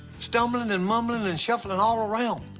stumbling and mumbling and shuffling all around.